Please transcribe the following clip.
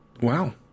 Wow